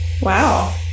wow